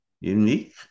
unique